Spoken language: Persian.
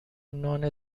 نان